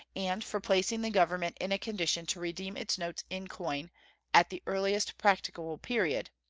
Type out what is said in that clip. and for placing the government in a condition to redeem its notes in coin at the earliest practicable period,